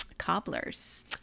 cobblers